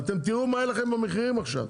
ואתם תראו מה יהיה לכם במחירים עכשיו.